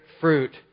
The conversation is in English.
fruit